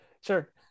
sure